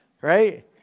right